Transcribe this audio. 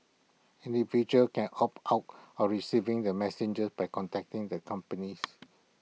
individuals can opt out of receiving the messages by contacting the companies